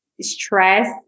stress